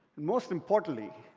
most importantly,